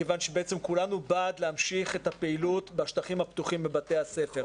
מכיוון שכולנו בעד המשכת הפעילות בשטחים הפתוחים בבתי הספר,